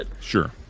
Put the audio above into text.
Sure